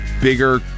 bigger